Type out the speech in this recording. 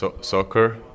soccer